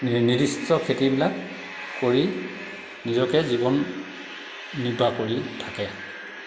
এই নিৰ্দিষ্ট খেতিবিলাক মানুহে কৰি নিজকে জীৱন নিৰ্বাহ কৰি থাকে